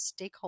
stakeholders